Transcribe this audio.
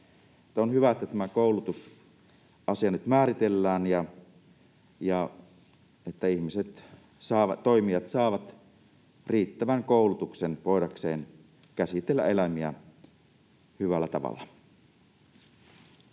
On hyvä, että tämä koulutusasia nyt määritellään ja että toimijat saavat riittävän koulutuksen voidakseen käsitellä eläimiä hyvällä tavalla.